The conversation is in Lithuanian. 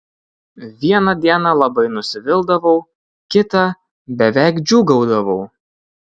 vieną dieną labai nusivildavau kitą beveik džiūgaudavau